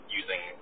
using